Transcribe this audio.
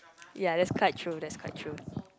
ya that's quite true that's quite true